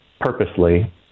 purposely